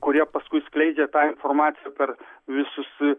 kurie paskui skleidžia tą informaciją per visus